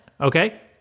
okay